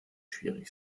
schwierig